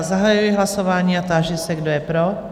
Zahajuji hlasování a táži se, kdo je pro?